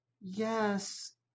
Yes